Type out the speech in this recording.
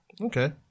Okay